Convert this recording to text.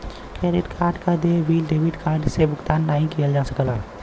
credit card क देय bill debit card से भुगतान नाहीं किया जा सकला